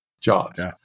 jobs